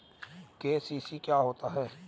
KCC क्या होता है?